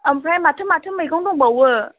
ओमफ्राय माथो माथो मैगं दंबावो